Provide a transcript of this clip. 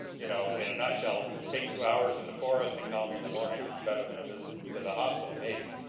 you know in a nutshell, take two hours in the forest and call me in the morning. better than a visit to the hospital, maybe.